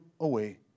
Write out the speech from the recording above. away